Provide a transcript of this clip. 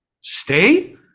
stay